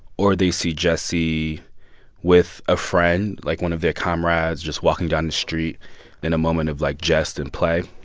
or they see jesse with a friend, like, one of their comrades just walking down the street in a moment of, like, jest and play.